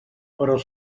però